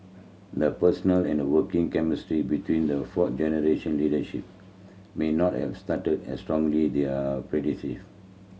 the personal and working chemistry between the fourth generation leader may not have started as strongly their